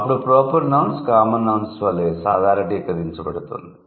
అప్పుడు proper nouns common nouns వలె సాధారణీకరించబడుతుంది